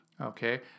Okay